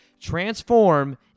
transform